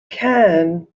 can